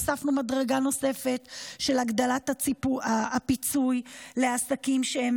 הוספנו מדרגה נוספת של הגדלת הפיצוי לעסקים שהם